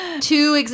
two